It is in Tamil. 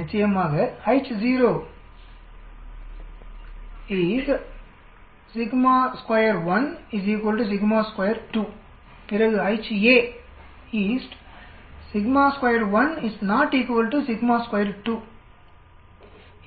நிச்சயமாக பிறகு